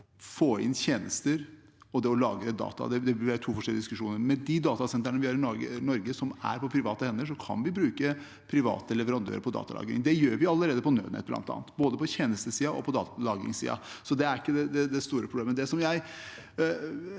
å få inn tjenester og det å lagre data. Det vil være to forskjellige diskusjoner. Med de datasentrene vi har i Norge på private hender, kan vi bruke private leverandører på datalagring. Det gjør vi allerede på bl.a. nødnett – både på tjenestesiden og på datalagringssiden – så det er ikke det store problemet.